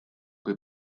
kui